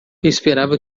esperava